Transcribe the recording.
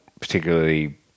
particularly